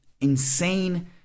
insane